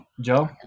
joe